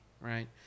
right